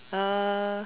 uh